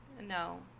no